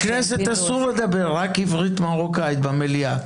אבל בכנסת אסור לדבר, רק עברית מרוקאית במליאה.